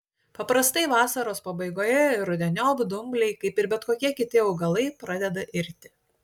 paprastai vasaros pabaigoje ir rudeniop dumbliai kaip ir bet kokie kiti augalai pradeda irti